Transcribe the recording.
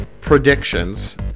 predictions